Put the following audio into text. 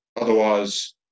Otherwise